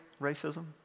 racism